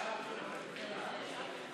דרך תשלום תגמולי ביטוח),